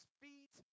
feet